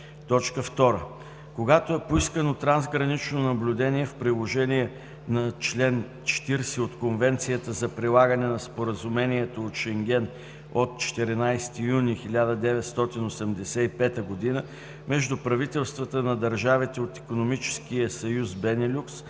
2. когато е поискано трансгранично наблюдение в приложение на чл. 40 от Конвенцията за прилагане на Споразумението от Шенген от 14 юни 1985 година между правителствата на държавите от Икономическия съюз Бенелюкс,